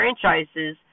franchises